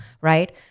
Right